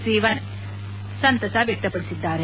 ಸಿವನ್ ಸಂತಸ ವ್ಯಕ್ತಪಡಿಸಿದರು